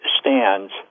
stands